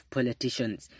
politicians